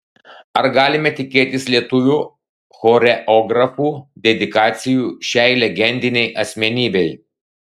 ar galime tikėtis lietuvių choreografų dedikacijų šiai legendinei asmenybei